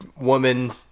woman